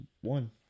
one